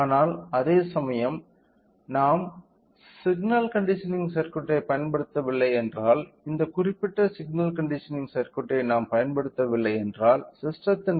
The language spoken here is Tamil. ஆனால் அதேசமயம் நாம் சிக்னல் கண்டிஷனிங் சர்க்யூட்டைப் பயன்படுத்தவில்லை என்றால் இந்த குறிப்பிட்ட சிக்னல் கண்டிஷனிங் சர்க்யூட்டை நாம் பயன்படுத்தவில்லை என்றால் ஸிஸ்டெத்தின் ரெசொலூஷன் 3